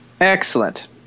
Excellent